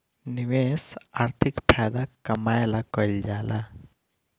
निवेश आर्थिक फायदा कमाए ला कइल जाला